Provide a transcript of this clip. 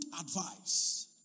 advice